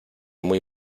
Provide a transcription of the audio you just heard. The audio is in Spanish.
muy